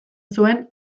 zuen